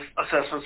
assessments